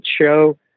show